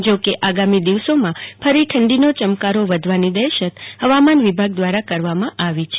જો કે આગામી દિવસોમાં ફરી ઠંડીનો ચમકારો વધવાની દહેશત હવામાન વિભાગ દ્વારા કરવામાં આવી છે